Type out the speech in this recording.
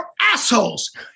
assholes